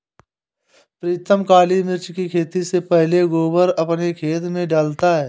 प्रीतम काली मिर्च की खेती से पहले गोबर अपने खेत में डालता है